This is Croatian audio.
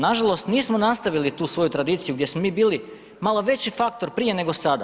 Nažalost nismo nastavili tu svoju tradiciju, gdje smo mi bili malo veći faktor prije nego sada.